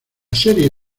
serie